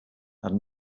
had